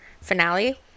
finale